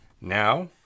Now